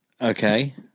Okay